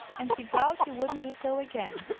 and he vowed he wouldn't do so again.